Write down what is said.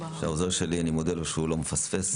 אני מודה לעוזר שלי שלא מפספס,